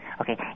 Okay